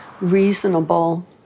reasonable